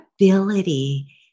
ability